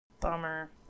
Bummer